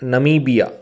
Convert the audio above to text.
Namibia